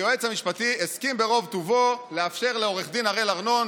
היועץ המשפטי הסכים ברוב טובו לאפשר לעו"ד הראל ארנון,